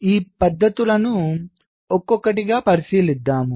మనము ఈ పద్ధతులను ఒక్కొక్కటిగా పరిశీలిద్దాం